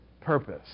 purpose